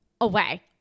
away